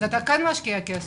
אז אתה כן משקיע כסף?